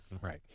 Right